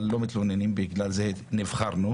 איני מתלונן על כך, הרי לשם כך נבחרנו.